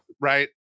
right